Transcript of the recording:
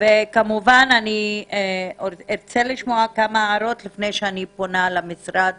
כמובן שאני ארצה לשמוע כמה הערות לפני שאני פונה למשרד